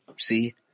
See